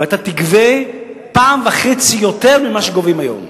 ואתה תגבה פעם וחצי ממה שגובים היום.